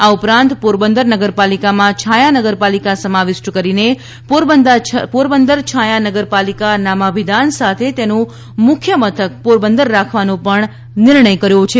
આ ઉપરાંત પોરબંદર નગરપાલિકામાં છાયા નગરપાલિકા સમાવિષ્ટ કરીને પોરબંદર છાયા નગરપાલિકા નામાભિધાન સાથે તેનું મુખ્ય મથક પોરબંદર રાખવાનો પણ નિર્ણય કર્યો છે